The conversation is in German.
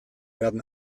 werden